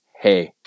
hey